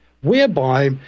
whereby